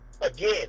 again